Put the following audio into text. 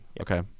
okay